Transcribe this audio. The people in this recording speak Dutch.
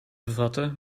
bevatten